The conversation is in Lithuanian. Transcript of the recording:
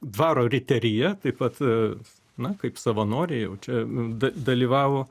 dvaro riterija taip pat na kaip savanoriai o čia da dalyvavo